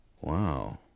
Wow